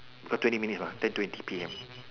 got twenty minutes what ten twenty P_M